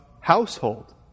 household